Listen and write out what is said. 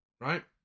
right